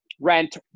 rent